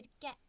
get